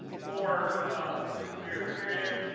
for a two-year period